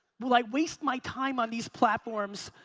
will i waste my time on these platforms,